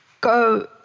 go